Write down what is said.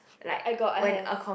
I I got I have